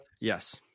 Yes